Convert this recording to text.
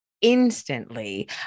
instantly